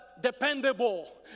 dependable